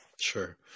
Sure